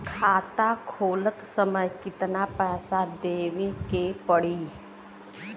खाता खोलत समय कितना पैसा देवे के पड़ी?